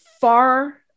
far